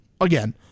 again